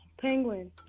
Penguin